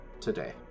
today